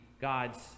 god's